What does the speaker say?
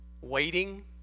waiting